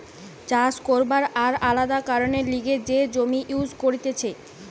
চাষ করবার আর আলাদা কারণের লিগে যে জমি ইউজ করতিছে